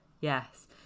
yes